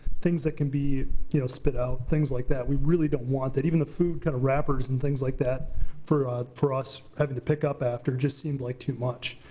things that can be you know spit out. things like that, we really don't want that. even the food kind of wrappers and things like that for for us having to pick up after, just seemed like too much.